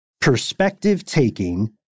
perspective-taking